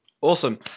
awesome